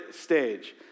stage